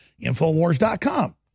InfoWars.com